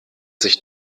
sich